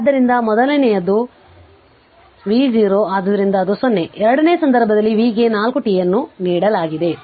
ಆದ್ದರಿಂದ ಮೊದಲನೆಯದು vh 0 ಆದ್ದರಿಂದ ಅದು 0 ಎರಡನೆಯ ಸಂದರ್ಭದಲ್ಲಿ v ಗೆ 4 t ಅನ್ನು ನೀಡಲಾಗಿದೆ